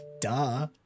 duh